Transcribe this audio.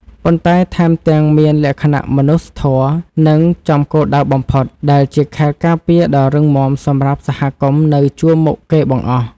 ប៉ុន្តែថែមទាំងមានលក្ខណៈមនុស្សធម៌ និងចំគោលដៅបំផុត ដែលជាខែលការពារដ៏រឹងមាំសម្រាប់សហគមន៍នៅជួរមុខគេបង្អស់។